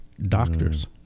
Doctors